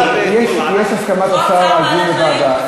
יש הסכמת השר לאיזו ועדה?